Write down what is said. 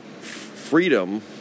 freedom